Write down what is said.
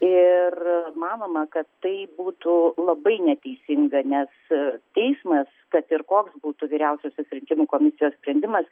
ir manoma kad tai būtų labai neteisinga nes teismas kad ir koks būtų vyriausiosios rinkimų komisijos sprendimas